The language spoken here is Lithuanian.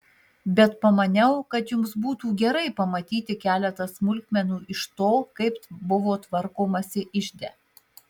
bet pamaniau kad jums būtų gerai pamatyti keletą smulkmenų iš to kaip buvo tvarkomasi ižde